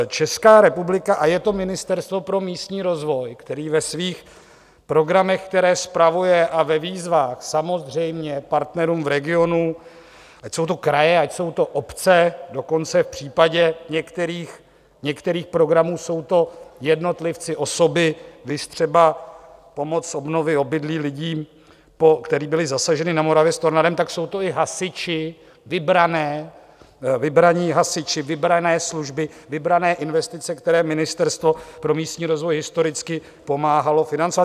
Česká republika, a je to Ministerstvo pro místní rozvoj, které ve svých programech, které spravuje, a ve výzvách samozřejmě partnerům v regionu, ať jsou to kraje, ať jsou to obce, dokonce v případě některých programů jsou to jednotlivci, osoby, viz třeba pomoc s obnovou obydlí lidí, která byla zasažena na Moravě tornádem, tak jsou to i hasiči, vybraní hasiči, vybrané služby, vybrané investice, které Ministerstvo pro místní rozvoj historicky pomáhalo financovat.